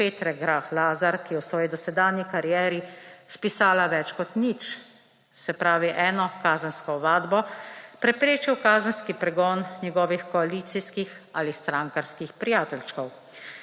Petre Grah Lazar, ki je v svoji dosedanji karieri spisala več kot nič, se pravi 1 kazensko ovadbo, preprečil kazenskih pregon njegovih koalicijskih ali strankarskih prijateljčkov.